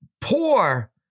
poor